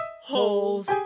holes